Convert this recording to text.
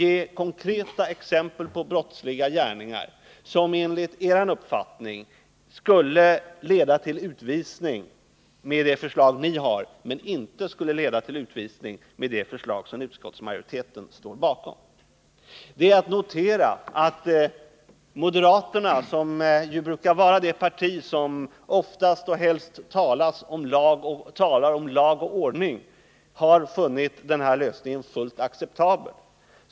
Ge konkreta exempel på brottsliga gärningar som enligt er uppfattning skulle leda till utvisning enligt ert förslag men inte enligt det förslag som utskottsmajoriteten står bakom! Det är att notera att moderata samlingspartiet, som brukar vara det parti som oftast och helst talar om lag och ordning, har funnit den föreslagna lösningen fullt acceptabel.